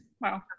Wow